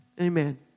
Amen